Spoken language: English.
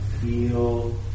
Feel